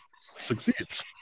succeeds